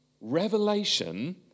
Revelation